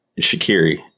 Shakiri